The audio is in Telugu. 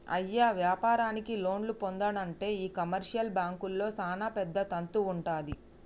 అయ్య వ్యాపారానికి లోన్లు పొందానంటే ఈ కమర్షియల్ బాంకుల్లో సానా పెద్ద తంతు వుంటది